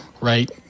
right